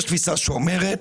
תפיסה אחת אומרת: